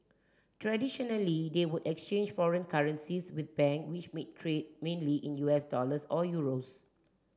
traditionally they would exchange foreign currencies with bank which may trade mainly in U S dollars or euros